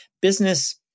business